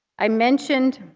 i mentioned